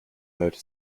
motor